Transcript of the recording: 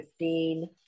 15